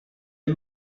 est